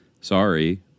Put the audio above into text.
sorry